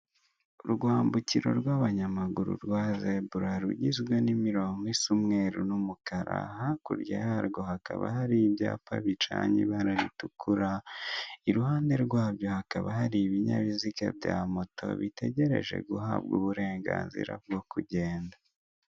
Kurwambukiro rw'abanyamaguru rwa zebura rugizwe n'imirongo isa umweru n'umukara, hakurya yarwo hakaba hari ibyapa bicanye ibara ritukura, iruhande rwabyo hakaba hari ibinyabiziga bya moto bitegereje guhabwa uburenganzira bwo kugenda.